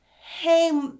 hey